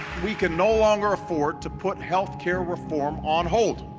we can no longer afford to put healthcare reform on hold.